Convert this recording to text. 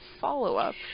Follow-up